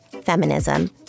feminism